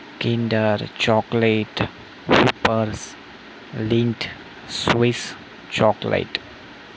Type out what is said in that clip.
kinder chocolate whoppers Lindt Swiss chocolate